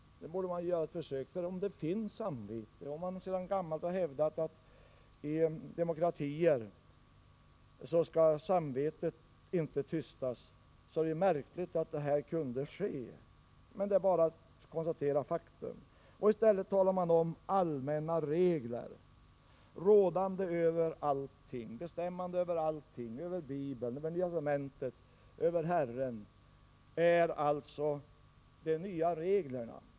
Det borde man göra ett försök med, för om det finns samvete — man har sedan gammalt hävdat att i demokratier skall samvetet inte tystas — är det märkligt att det här kunde ske. Men det är bara att konstatera faktum. I stället talar man om allmänna regler, rådande över allting, bestämmande över allting, över Bibeln, över Nya testamentet, över Herren. Det är alltså de nya reglerna.